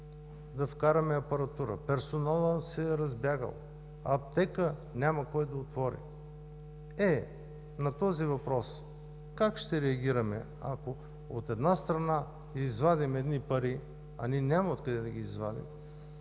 да вкараме апаратура, персоналът се е разбягал, аптека няма кой да отвори. Е, на този въпрос как ще реагираме, ако от една страна извадим едни пари, а ние няма от къде да ги извадим,